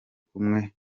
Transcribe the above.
kumwe